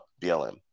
BLM